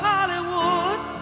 Hollywood